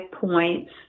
points